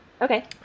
Okay